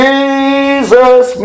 Jesus